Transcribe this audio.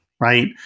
Right